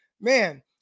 Man